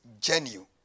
genuine